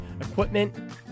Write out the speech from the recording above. equipment